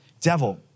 devil